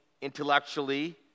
intellectually